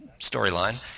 storyline